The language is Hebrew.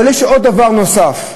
אבל יש דבר נוסף,